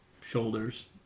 shoulders